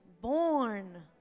born